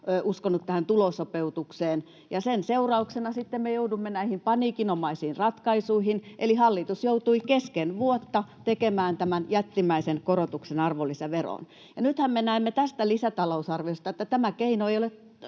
uskonut tähän tulosopeutukseen, ja sen seurauksena sitten me joudumme näihin paniikinomaisiin ratkaisuihin, eli hallitus joutui kesken vuotta tekemään tämän jättimäisen korotuksen arvonlisäveroon. Ja nythän me näemme tästä lisätalousarviosta, että tämä keino ei ole